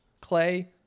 Clay